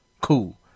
Cool